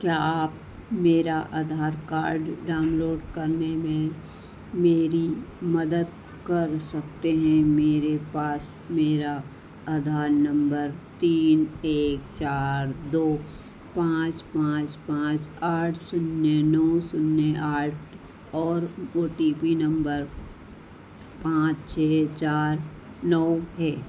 क्या आप मेरा आधार कार्ड डाउनलोड करने में मेरी मदद कर सकते हैं मेरे पास मेरा आधार नम्बर तीन एक चार दो पाँच पाँच पाँच आठ शून्य नौ शून्य आठ और ओ टी पी नम्बर पाँच छह चार नौ है